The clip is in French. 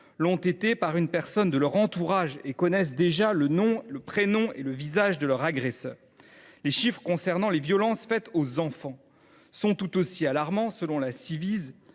agressées par une personne de leur entourage et connaissent déjà le nom, le prénom et le visage de leur agresseur. Les chiffres concernant les violences faites aux enfants sont tout aussi alarmants. Selon la